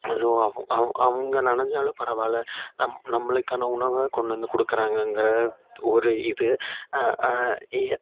அதுவும் அவங்க நனைஞ்சாலும் பரவாயில்ல நம் நம்மளுக்கான உணவை கொண்டு வந்து கொடுக்கிறாங்ககிற ஒரு இது